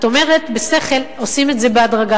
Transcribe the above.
את אומרת בשכל: עושים את זה בהדרגה.